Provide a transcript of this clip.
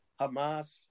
Hamas